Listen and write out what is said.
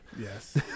Yes